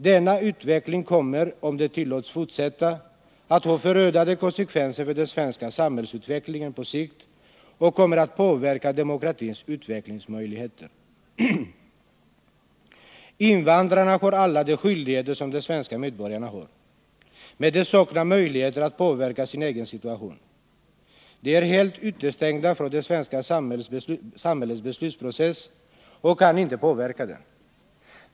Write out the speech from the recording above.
Denna utveckling kommer, om den tillåts fortsätta, att ha förödande konsekvenser för den svenska samhällsutvecklingen på sikt och kommer att påverka demokratins utvecklingsmöjligheter. Invandrarna har alla de skyldigheter som de svenska medborgarna har. Men de saknar möjligheter att påverka sin egen situation. De är helt utestängda från det svenska samhällets beslutsprocess och kan inte påverka den.